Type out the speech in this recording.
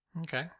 Okay